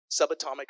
subatomic